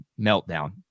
meltdown